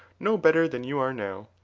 no better than you are now.